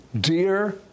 Dear